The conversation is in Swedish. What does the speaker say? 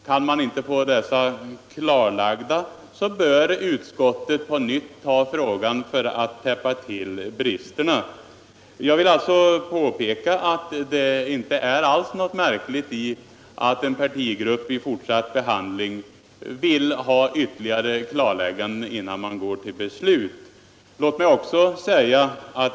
Kan man inte få dessa punkter klarlagda bör utskottet på nytt ta upp frågan för att rätta till bristerna. Det är alltså inte något märkligt att en partigrupp vid den fortsatta behandlingen vill ha ytterligare klarlägganden innan man går till beslut.